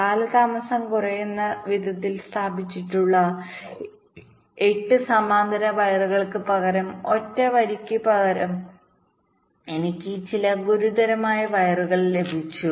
കാലതാമസം കുറയുന്ന വിധത്തിൽ സ്ഥാപിച്ചിട്ടുള്ള 8 സമാന്തര വയറുകൾക്ക് പകരം ഒറ്റ വരിക്ക് പകരം എനിക്ക് ചില ഗുരുതരമായ വയറുകൾ ലഭിച്ചു